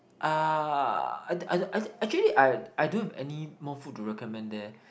uh I don't actually I don't have any more food to recommend there